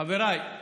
חבריי,